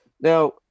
Now